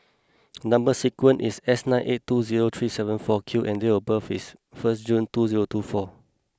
number sequence is S nine eight two zero three seven four Q and date of birth is first June two zero two four